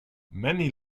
many